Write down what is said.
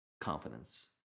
confidence